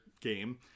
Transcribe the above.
game